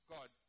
God